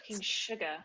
sugar